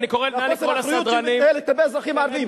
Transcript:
לחוסר האחריות שהיא מתנהלת כלפי האזרחים הערבים.